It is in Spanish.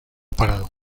parado